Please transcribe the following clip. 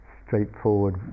straightforward